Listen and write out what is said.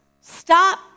Stop